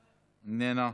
איננה,